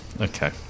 Okay